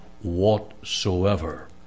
whatsoever